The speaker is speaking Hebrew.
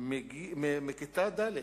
מכיתה ג',